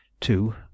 two